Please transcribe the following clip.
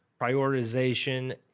prioritization